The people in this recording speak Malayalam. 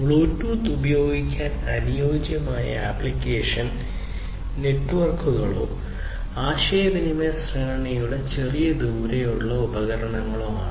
ബ്ലൂടൂത്ത് ഉപയോഗിക്കാൻ അനുയോജ്യമായ ആപ്ലിക്കേഷൻ നെറ്റ്വർക്കുകളോ ആശയവിനിമയ ശ്രേണിയുടെ ചെറിയ ദൂരമുള്ള ഉപകരണങ്ങളോ ആണ്